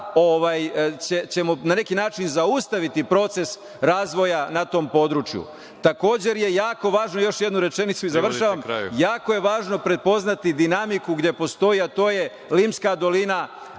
da ćemo na neki način zaustaviti proces razvoja na tom području. Takođe, jer je jako važno još jednu rečenicu i završavam. Jako je važno prepoznati dinamiku gde postoje, a to je Limska dolina,